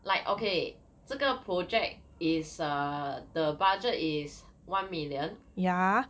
like okay 这个 project is err the budget is one million